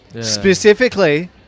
Specifically